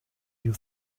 you